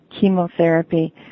chemotherapy